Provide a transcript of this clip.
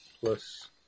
plus